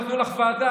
לא נתנו לך ועדה,